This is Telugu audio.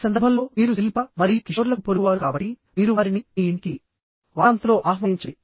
ఈ సందర్భంలో మీరు శిల్పా మరియు కిషోర్లకు పొరుగువారు కాబట్టి మీరు వారిని మీ ఇంటికి వారాంతంలో ఆహ్వానించండి